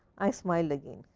i smiled again.